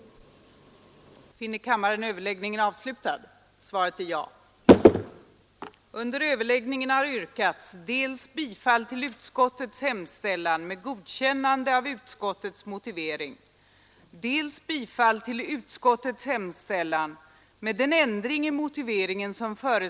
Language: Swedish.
gav följande resultat: